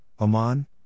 Oman